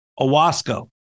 Owasco